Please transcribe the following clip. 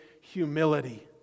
humility